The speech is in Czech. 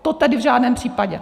To tedy v žádném případě.